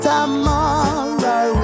Tomorrow